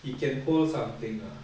he can hold something ah